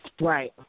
Right